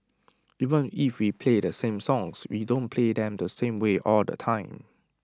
even if we play the same songs we don't play them the same way all the time